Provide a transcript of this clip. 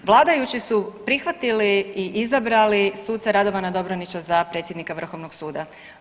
Vladajući su prihvatili i izabrali suca Radovana Dobranića za predsjednika Vrhovnog suda.